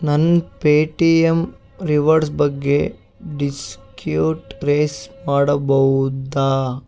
ನನ್ನ Paytm rewards ಬಗ್ಗೆ ಡಿಸ್ಕ್ಯೂಟ್ ರೇಸ್ ಮಾಡಬೌದಾ